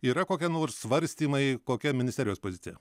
yra kokie nors svarstymai kokia ministerijos pozicija